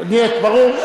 "נייט", ברור.